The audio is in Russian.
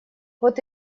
вот